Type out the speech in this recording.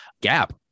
Gap